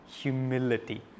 Humility